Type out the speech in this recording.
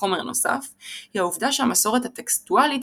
והחומר הנוסף – היא העובדה שהמסורת הטקסטואלית